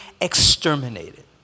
exterminated